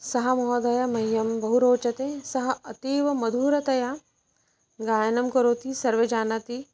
सः महोदय मह्यं बहु रोचते सः अतीव मधुरतया गायनं करोति सर्वे जानन्ति